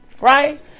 Right